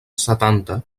setanta